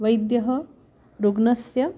वैद्यः रुग्णस्य